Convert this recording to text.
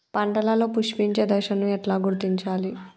పంటలలో పుష్పించే దశను ఎట్లా గుర్తించాలి?